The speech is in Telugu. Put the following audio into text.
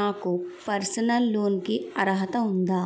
నాకు పర్సనల్ లోన్ కీ అర్హత ఉందా?